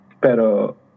Pero